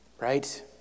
right